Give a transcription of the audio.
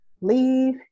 leave